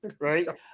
right